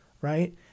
Right